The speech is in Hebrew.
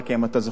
אם אתה זוכר,